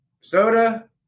soda